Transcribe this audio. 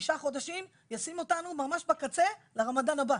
תשעה חודשים ישים אותנו ממש בקצה לרמדאן הבא,